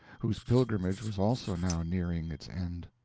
whose pilgrimage was also now nearing its end.